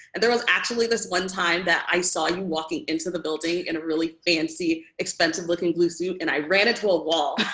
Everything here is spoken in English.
and there was actually this one time that i saw you walking into the building in a really fancy, expensive-looking blue suit, and i ran into a wall.